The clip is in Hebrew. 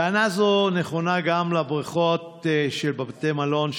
טענה זאת נכונה גם לגבי בריכות של בתי מלון,